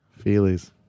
Feelies